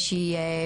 להשתמש,